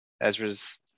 ezra's